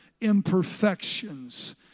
imperfections